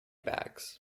bags